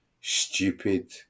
stupid